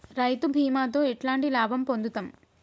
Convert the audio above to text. రైతు బీమాతో ఎట్లాంటి లాభం పొందుతం?